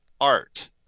art